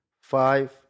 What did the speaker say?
five